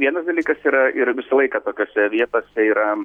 vienas dalykas yra ir visą laiką tokiose vietose yra